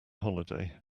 holiday